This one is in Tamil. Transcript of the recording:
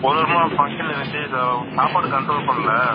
ஒரு வாரமா ஃபங்க்ஷன் இருந்துச்சு ஸோ சாப்பாடு கண்ட்ரோல் பண்ணல